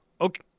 okay